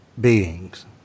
beings